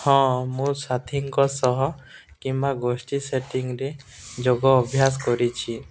ହଁ ମୁଁ ସାଥିୀଙ୍କ ସହ କିମ୍ବା ଗୋଷ୍ଠୀ ସେଟିଂରେ ଯୋଗ ଅଭ୍ୟାସ କରିଛି